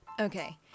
Okay